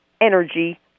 energy